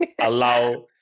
allow